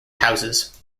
houses